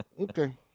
Okay